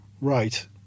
right